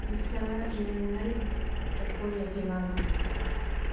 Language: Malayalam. ഉത്സവ ഇനങ്ങൾ എപ്പോൾ ലഭ്യമാകും